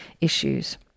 issues